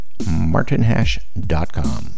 martinhash.com